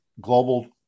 global